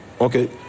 Okay